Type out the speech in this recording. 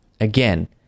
again